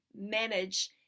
manage